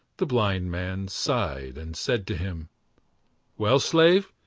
the blind man sighed and said to him well, slave,